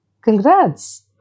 Congrats